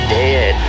dead